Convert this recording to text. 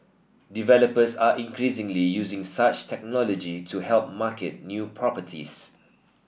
developers are increasingly using such technology to help market new properties